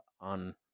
on